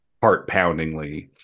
heart-poundingly